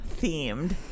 themed